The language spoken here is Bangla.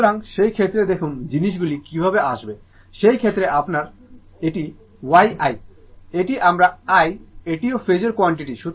সুতরাং সেই ক্ষেত্রে দেখুন জিনিসগুলি কীভাবে আসবে সেই ক্ষেত্রে আপনার এটি y i এটি আমার i এটিও ফেজোর কোয়ান্টিটি